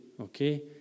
okay